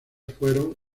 fueron